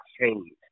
changed